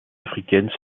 africaines